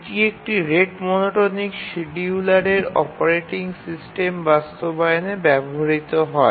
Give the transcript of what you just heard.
এটি একটি rate monotonic শিডিয়ুলারের অপারেটিং সিস্টেম বাস্তবায়নে ব্যবহৃত হয়